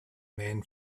man